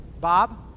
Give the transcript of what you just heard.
Bob